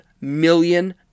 million